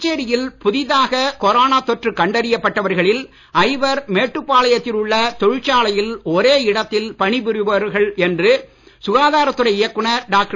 புதுச்சேரியில் புதிதாக கொரோனா தொற்று கண்டறியப் பட்டவர்களில் ஐவர் மேட்டுப்பாளையத்தில் உள்ள தொழிற்சாலையில் ஒரே இடத்தில் பணிபுரிபவர்கள் என்று சுகாதாரத்துறை இயக்குனர் டாக்டர்